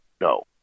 no